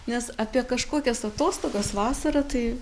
nes apie kažkokias atostogas vasarą tai